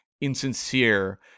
insincere